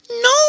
No